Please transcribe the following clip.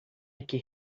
aqui